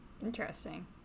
Interesting